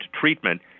treatment